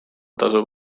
tasub